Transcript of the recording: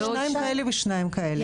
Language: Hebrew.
שניים כאלה ושניים כאלה.